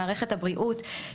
מערכת הבריאות,